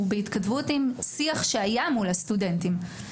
הם בהתכתבות עם שיח שהיה מול הסטודנטים.